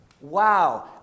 wow